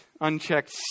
Unchecked